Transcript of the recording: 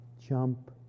Jump